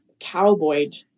cowboyed